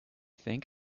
think